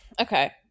Okay